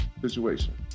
situation